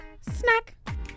snack